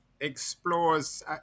explores